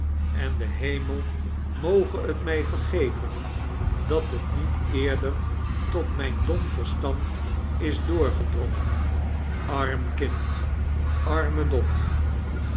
en de hemel moge t mij vergeven dat het niet eerder tot mijn dom verstand is doorgedrongen arm kind arme